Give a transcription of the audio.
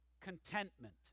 Contentment